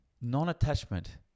Non-attachment